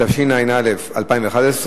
התשע"א 2011,